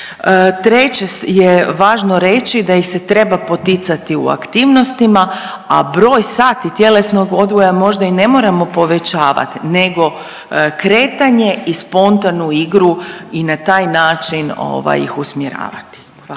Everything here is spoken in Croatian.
Treće je važno reći da ih se treba poticati u aktivnostima, a broj sati tjelesnog odgoja možda i ne moramo povećavati nego kretanje i spontanu igru i na taj način ovaj ih usmjeravati.